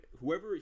whoever